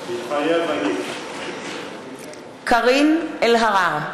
מתחייב אני קארין אלהרר,